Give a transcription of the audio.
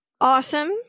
awesome